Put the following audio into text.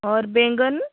और बैंगन